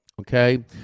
okay